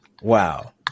Wow